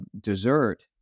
dessert